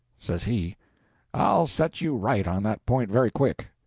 says he i'll set you right on that point very quick.